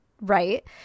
right